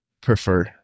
prefer